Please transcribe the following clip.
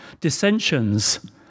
dissensions